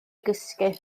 gysgu